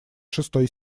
шестой